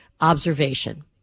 observation